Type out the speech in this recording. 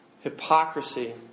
Hypocrisy